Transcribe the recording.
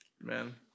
Man